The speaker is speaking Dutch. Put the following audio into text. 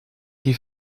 die